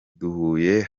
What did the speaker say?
duhuye